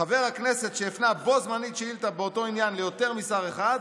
חבר הכנסת שהפנה בו זמנית שאילתה באותו עניין ליותר משר אחד,